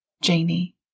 Janie